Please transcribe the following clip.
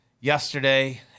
yesterday